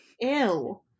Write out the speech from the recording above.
ew